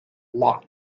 lot